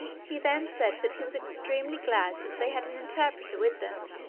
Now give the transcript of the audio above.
he then said that he was extremely glad that they had an interpreter with them,